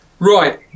Right